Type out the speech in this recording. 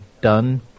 done